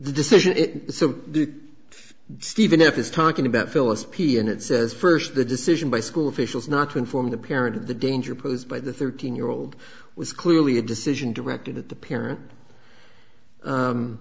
the decision so if stephen f is talking about phyllis p and it says first the decision by school officials not to inform the parent of the danger posed by the thirteen year old was clearly a decision directed at the parent